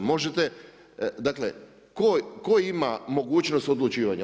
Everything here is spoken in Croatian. Možete, dakle, tko ima mogućnost odlučivanja?